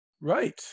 Right